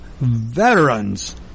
veterans